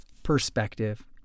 perspective